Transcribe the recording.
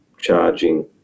charging